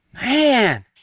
Man